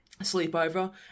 sleepover